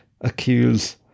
accuse